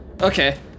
Okay